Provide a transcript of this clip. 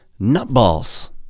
nutballs